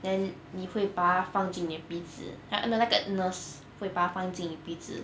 then 你会把它放进你的鼻子那个那个 nurse 会把它放进你鼻子